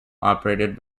operated